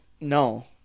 no